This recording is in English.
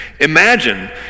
Imagine